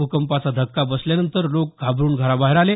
भूकंपाचा धक्का बसल्यानंतर लोक घाबरून घराबाहेर आले